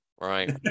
right